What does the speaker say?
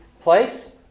place